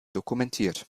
dokumentiert